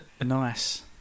Nice